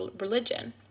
religion